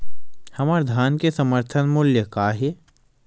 हमर धान के समर्थन मूल्य का हे?